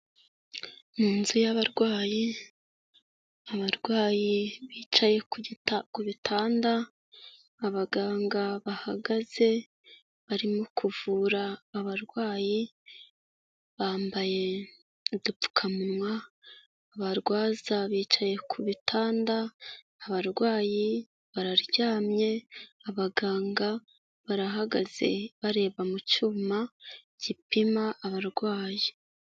Mu nzu y'abarwayi, abarwayi bicaye ku bitanda abaganga bahagaze barimo kuvura abarwayi, bambaye udupfukamunwa, abarwaza bicaye ku bitanda, abarwayi bararyamye, abaganga barahagaze bareba mu cyuma gipima abarwayi.